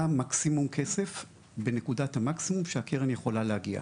מה המקסימום כסף בנקודת המקסימום שהקרן יכולה להגיע,